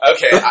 Okay